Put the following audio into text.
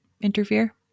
interfere